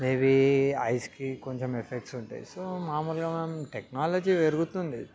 may be ఐస్కి కొంచెం effects ఉంటాయి సో మామూలుగా మనం టెక్నాలజీ పెరుగుతుంది